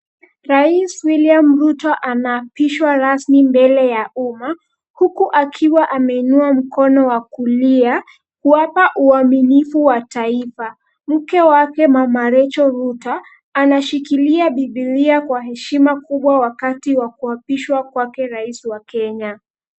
Rais William Ruto anaapishwa rasmi mbele ya umma, huku akiwa ameinua mkono wa kulia kuapa uaminifu wa taifa. Mke wake Mama Rachel Ruto, anashikilia biblia kwa heshima kubwa wakati wa kuapishwa kwake rais wa Kenya.